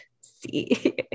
see